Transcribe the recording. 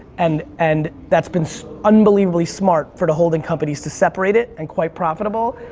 and and that's been so unbelievably smart for the holding companies to separate it and quite profitable,